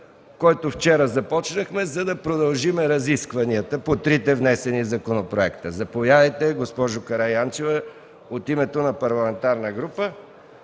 който вчера започнахме, за да продължим разискванията по трите внесени законопроекта. Заповядайте, госпожо Караянчева, от името на парламентарна група,